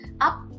up